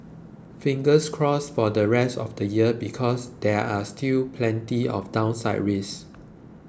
fingers crossed for the rest of the year because there are still plenty of downside risks